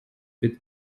with